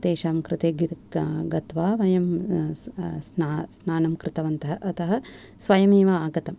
तेषां कृते गत्वा वयं स्नानं कृतवन्त अत स्वयमेव आगतम्